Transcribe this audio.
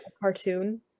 cartoon